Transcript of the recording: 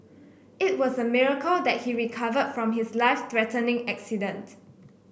it was a miracle that he recovered from his life threatening accident